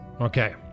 Okay